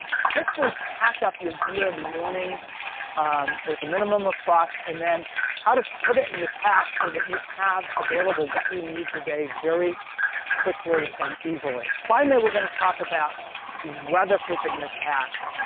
quickly pack up your gear in the morning with a minimum of fuss, and then how to put it in your pack so that you have available what you need today very quickly and easily. finally, we're gonna talk about weatherproofing your pack.